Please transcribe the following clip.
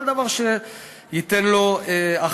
כל דבר שייתן לו אחריות.